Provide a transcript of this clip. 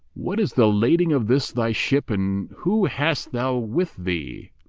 what is the lading of this thy ship and whom hast thou with thee?